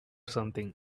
something